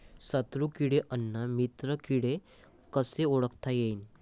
शत्रु किडे अन मित्र किडे कसे ओळखता येईन?